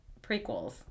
prequels